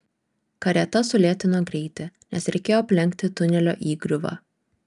karieta sulėtino greitį nes reikėjo aplenkti tunelio įgriuvą